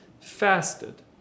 fasted